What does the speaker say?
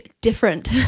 different